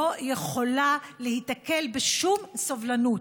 לא יכולה להיתקל בשום סובלנות.